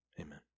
amen